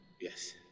Yes